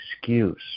excuse